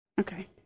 Okay